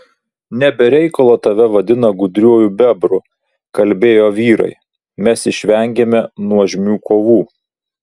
ne be reikalo tave vadina gudriuoju bebru kalbėjo vyrai mes išvengėme nuožmių kovų